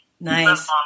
Nice